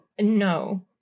no